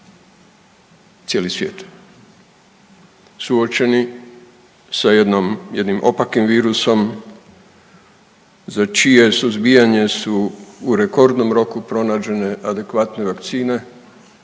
cijeli svijet suočeni sa jednom, jednim opakim virusom za čije suzbijanje su u rekordnom roku pronađene adekvatne vakcine,